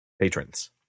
Patrons